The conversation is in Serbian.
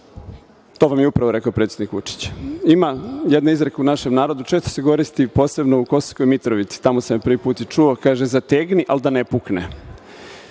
To vam je upravo rekao i predsednik Vučić. Ima jedan izreka u našem narodu, često se koristi, posebno u Kosovskoj Mitrovici, tamo sam je prvi put i čuo, kaže – zategni, ali da ne pukne.